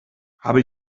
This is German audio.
habe